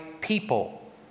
people